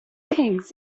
things